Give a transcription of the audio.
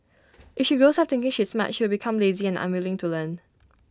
if she grows up thinking she's smart she'll become lazy and unwilling to learn